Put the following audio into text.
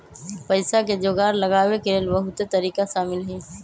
पइसा के जोगार लगाबे के लेल बहुते तरिका शामिल हइ